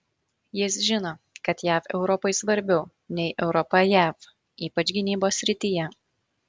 jis žino kad jav europai svarbiau nei europa jav ypač gynybos srityje